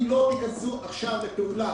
אם לא ייכנסו עכשיו לפעולה,